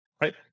right